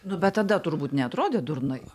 nu bet tada turbūt neatrodė durnai